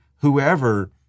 whoever